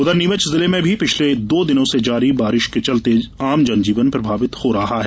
उधर नीमच जिले में भी पिछले दो दिनों से जारी बारिश के चलते आमजनजीवन प्रभावित हो रहा है